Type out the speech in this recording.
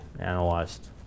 analyzed